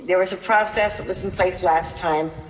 there was a process that was in place last time,